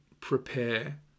prepare